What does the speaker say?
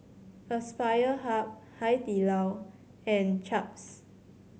Aspire Hub Hai Di Lao and Chaps